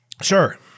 sure